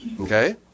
Okay